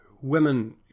women